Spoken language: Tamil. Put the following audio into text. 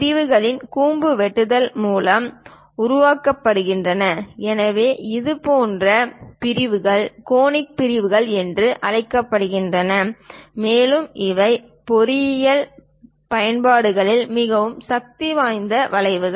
பிரிவுகளில் கூம்பு வெட்டுவதன் மூலம் உருவாக்கப்படுகிறது எனவே இதுபோன்ற பிரிவுகள் கோனிக் பிரிவுகள் என்று அழைக்கப்படுகின்றன மேலும் இவை பொறியியல் பயன்பாடுகளில் மிகவும் சக்திவாய்ந்த வளைவுகள்